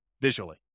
visually